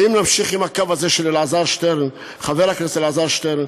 ואם נמשיך עם הקו הזה של חבר הכנסת אלעזר שטרן,